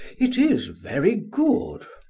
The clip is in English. it is very good.